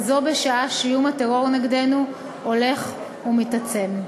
וזאת בשעה שאיום הטרור נגדנו הולך ומתעצם.